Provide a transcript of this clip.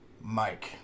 Mike